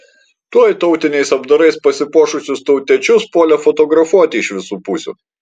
tuoj tautiniais apdarais pasipuošusius tautiečius puolė fotografuoti iš visų pusių